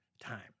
time